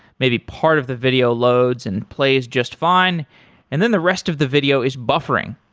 may be part of the video loads and plays just fine and then the rest of the video is buffering.